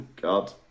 God